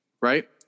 right